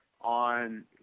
on